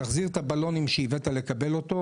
תחזיר את הבלונים שהבאת כדי לקבל אותו,